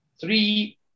Three